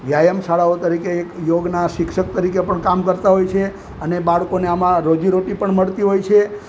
વ્યાયામ શાળાઓ તરીકે એક યોગના શિક્ષક તરીકે પણ કામ કરતા હોય છે અને બાળકોને આમાં રોજીરોટી પણ મળતી હોય છે